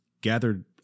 gathered